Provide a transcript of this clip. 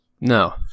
No